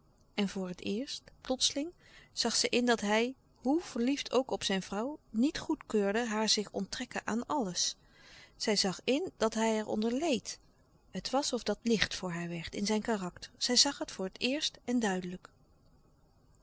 en voor het eerst plotseling zag zij in dat hij hoe verliefd ook op zijn vrouw niet goed keurde haar zich onttrekken aan alles zag zij in dat hij er onder leed het was of dat licht voor haar werd in zijn karakter zij zag het voor het eerst en duidelijk